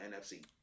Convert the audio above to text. NFC